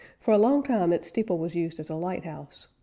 for a long time its steeple was used as a lighthouse.